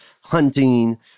hunting